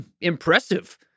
impressive